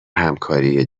همکاری